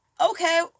okay